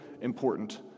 important